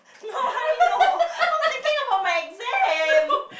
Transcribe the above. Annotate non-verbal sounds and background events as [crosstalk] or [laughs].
no I didn't know [laughs] I was thinking about my exam